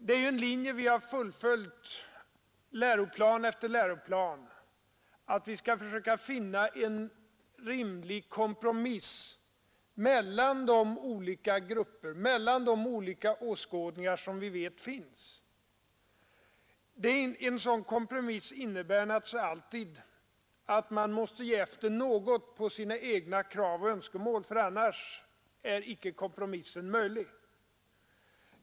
Det är ju en linje vi har följt i läroplan efter läroplan, att vi skall försöka finna en rimlig kompromiss mellan de olika åskådningar som vi vet finns. En sådan kompromiss innebär naturligtvis alltid att man måste ge efter något på sina egna krav och önskemål, för annars är icke kompromissen möjlig.